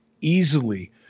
easily